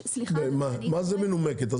מה זה מנומקת?